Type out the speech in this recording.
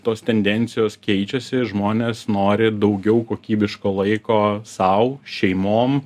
tos tendencijos keičiasi žmonės nori daugiau kokybiško laiko sau šeimom